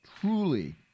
truly